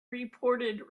reported